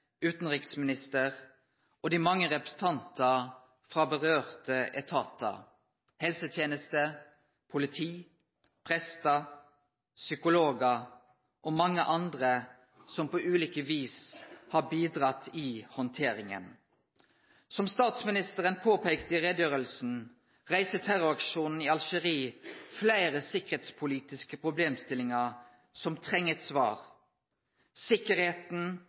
og dei mange representantane frå involverte etatar – helseteneste, politi, prestar, psykologar og mange andre som på ulike vis har bidrege i handteringa. Som statsministeren påpeikte i utgreiinga, reiser terroraksjonen i Algerie fleire sikkerheitspolitiske problemstillingar som treng eit svar. Sikkerheita